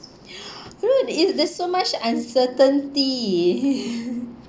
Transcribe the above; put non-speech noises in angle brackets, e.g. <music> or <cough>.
<breath> no there is there's so much uncertainty <laughs>